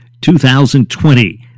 2020